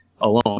alone